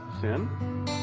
sin